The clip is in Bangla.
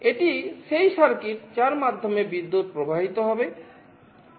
এটি সেই সার্কিট যার মাধ্যমে বিদ্যুৎ প্রবাহিত হবে